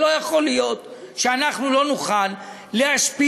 לא יכול להיות שאנחנו לא נוכל להשפיע,